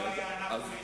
לא היה אנאפוליס,